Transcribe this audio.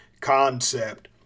concept